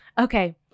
Okay